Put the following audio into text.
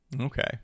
Okay